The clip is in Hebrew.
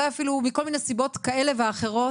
אולי מכל מיני סיבות כאלה ואחרות,